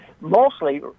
mostly